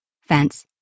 fence